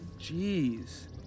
jeez